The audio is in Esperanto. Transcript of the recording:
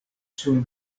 sur